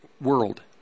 world